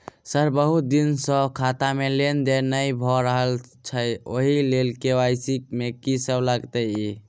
Sir बहुत दिन सऽ खाता मे लेनदेन नै भऽ रहल छैय ओई लेल के.वाई.सी मे की सब लागति ई?